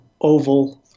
oval